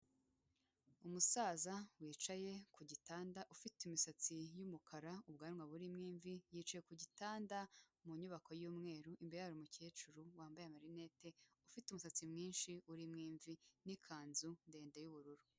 Umusaza wicaye ku gitanda ufite imisatsi y'umukara, ubwanwa burimo imvi, yicaye ku gitanda mu nyubako y'umweru. Imbere ye hari umukecuru wambaye amarineti, ufite umusatsi mwinshi urimo imvi n'ikanzu ndende y'ubururu.